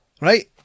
right